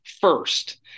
first